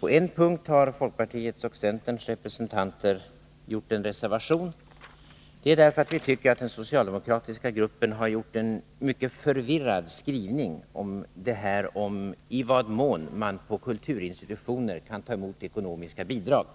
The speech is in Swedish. På en punkt har folkpartiets och centerns representanter reserverat sig. Det har vi gjort därför att vi tycker att den socialdemokratiska gruppen har en mycket förvirrad skrivning om frågan i vad mån man på kulturinstitutioner kan ta emot ekonomiska bidrag.